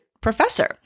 professor